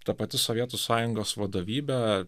ta pati sovietų sąjungos vadovybė